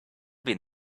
been